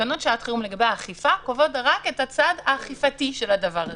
תקנות שעת החירום לגבי האכיפה קובעות רק את הצד האכיפתי של הדבר הזה.